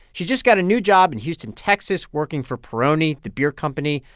she just got a new job in houston, texas, working for peroni, the beer company,